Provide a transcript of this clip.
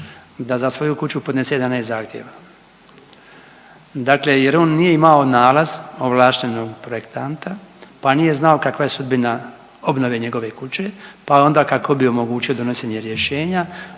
da za svoju kuću podnese 11 zahtjeva dakle jer on nije imao nalaz ovlaštenog projektanta pa nije znao kakva je sudbina obnove njegove kuće pa onda kako bi omogućio donošenje rješenja.